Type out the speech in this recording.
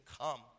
come